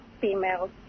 females